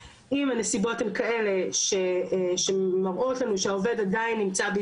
שמראות לנו שהעובד עדיין נמצא בישראל אבל הוא בהליך להסדרת מעמד,